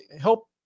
help